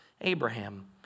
Abraham